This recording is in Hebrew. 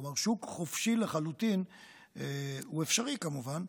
כלומר, שוק חופשי לחלוטין הוא אפשרי, כמובן,